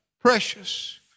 precious